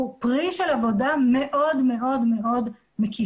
הוא פרי של עבודה מאוד מאוד מקיפה,